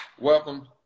Welcome